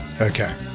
Okay